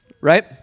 Right